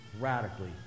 radically